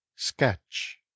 Sketch